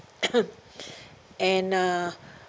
and uh